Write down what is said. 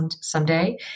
someday